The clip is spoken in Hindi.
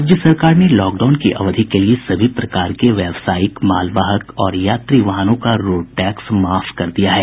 राज्य सरकार ने लॉकडाउन की अवधि के लिए सभी प्रकार के व्यावसायिक मालवाहक और यात्री वाहनों का रोड टैक्स माफ कर दिया है